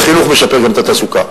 וחינוך משפר גם את התעסוקה.